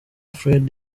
fred